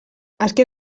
azken